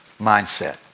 mindset